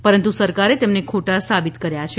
પરંતુ સરકારે તેમને ખોટા સાબિત કર્યા છે